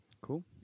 Cool